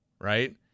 right